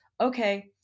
okay